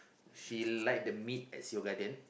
she like the meat at Seoul-Garden